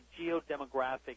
geodemographic